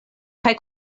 kaj